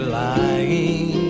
lying